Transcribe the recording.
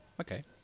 okay